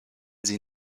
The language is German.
sie